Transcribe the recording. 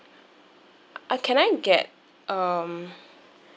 uh can I get um